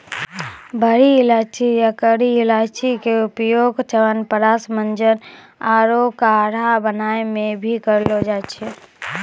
बड़ी इलायची या करकी इलायची के उपयोग च्यवनप्राश, मंजन आरो काढ़ा बनाय मॅ भी करलो जाय छै